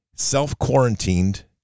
Self-quarantined